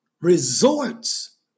resorts